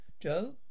Joe